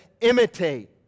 imitate